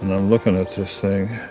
and i'm looking at this thing